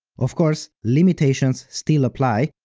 of course, limitations still apply.